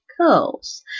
curls